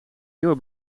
nieuwe